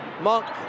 Monk